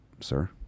sir